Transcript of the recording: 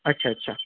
अच्छा अच्छा